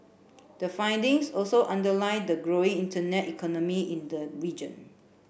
the findings also underlie the growing internet economy in the region